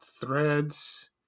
threads